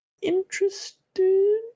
interested